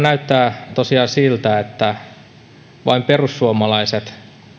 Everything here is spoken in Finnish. näyttää tosiaan siltä että vain perussuomalaiset